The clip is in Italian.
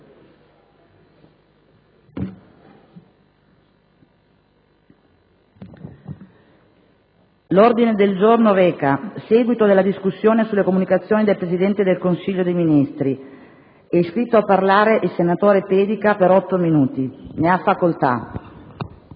L'ordine del giorno reca: «Seguito della discussione sulle comunicazioni del Presidente del Consiglio dei ministri». È iscritto a parlare il senatore Pedica. Ne ha facoltà.